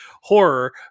horror